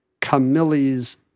Camille's